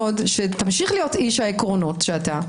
שתמשיך להיות איש העקרונות שאתה,